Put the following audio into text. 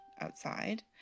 outside